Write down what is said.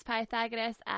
Pythagoras